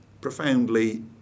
profoundly